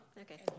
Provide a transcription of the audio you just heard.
okay